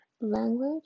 language